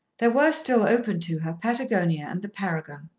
there were still open to her patagonia and the paragon.